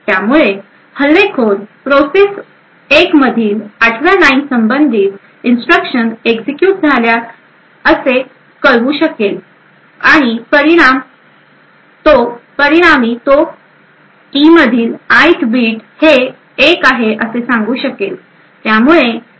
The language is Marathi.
त्यामुळे हल्लेखोर प्रोसेस 1 मधील आठव्या लाइन संबंधित इन्स्ट्रक्शन एक्झिक्युट झाल्या असते कळवू शकेन शकेल आणि परिणाम तो E मधील ith बीट हे 1 आहे हे सांगू शकेल